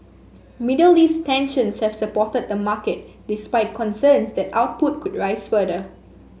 Middle East tensions have supported the market despite concerns that output could rise further